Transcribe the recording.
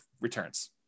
returns